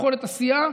יכולת עשייה,